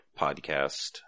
podcast